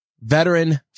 veteran